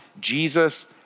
Jesus